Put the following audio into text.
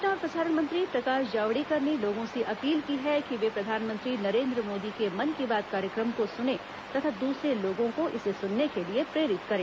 सूचना और प्रसारण मंत्री प्रकाश जावडेकर ने लोगों से अपील की है कि प्रधानमंत्री नरेंद्र मोदी के मन की बात कार्यक्रम को सुनें तथा दूसरे लोगों को इसे सुनने के लिए प्रेरित करें